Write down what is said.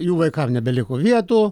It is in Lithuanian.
jų vaikams nebeliko vietų